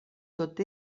tot